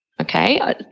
okay